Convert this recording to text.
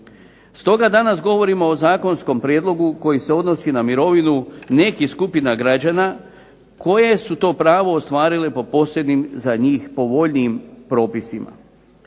Stoga danas govorimo o zakonskom prijedlogu koji se odnosi na mirovinu nekih skupina građana koje su to pravo ostvarile po posebnim, za njih povoljnijim propisima.